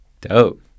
Dope